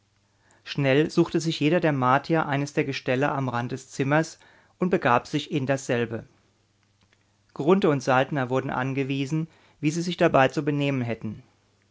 schnell suchte sich jeder der martier eines der gestelle am rand des zimmers und begab sich in dasselbe grunthe und saltner wurden angewiesen wie sie sich dabei zu benehmen hätten